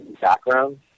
background